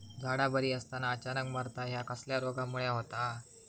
झाडा बरी असताना अचानक मरता हया कसल्या रोगामुळे होता?